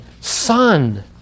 Son